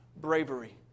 bravery